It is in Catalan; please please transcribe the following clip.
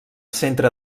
centre